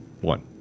one